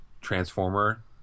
Transformer